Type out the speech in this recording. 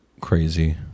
crazy